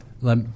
let